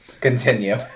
Continue